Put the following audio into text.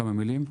כמה מילים.